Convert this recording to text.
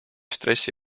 stressi